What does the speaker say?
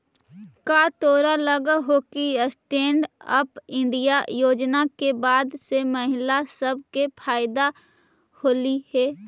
का तोरा लग हो कि स्टैन्ड अप इंडिया योजना के बाद से महिला सब के फयदा होलई हे?